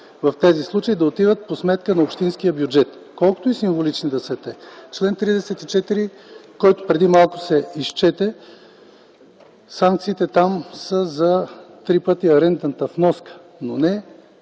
в тези случаи да отидат по сметка на общинския бюджет, колкото и символични да са те. В чл. 34, който преди малко се изчете, санкциите са за три пъти арендната вноска, но не